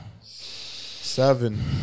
seven